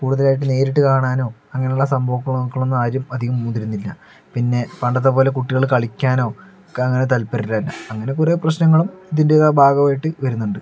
കൂടുതൽ ആയിട്ട് നേരിട്ട് കാണാനോ അങ്ങനെ ഉള്ള സംഭവങ്ങൾക്ക് ഒന്നും ആരും മുതിരുന്നില്ല പിന്നെ പണ്ടത്തെ പോലെ കുട്ടികൾ കളിക്കാനോ ഒക്കെ അങ്ങനെ താത്പര്യം ഇല്ല അങ്ങനത്തെ കുറേ പ്രശ്നങ്ങളും ഇതിൻ്റെ ഭാഗം ആയിട്ട് വരുന്നുണ്ട്